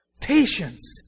Patience